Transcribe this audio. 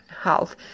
health